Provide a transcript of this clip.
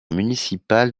municipale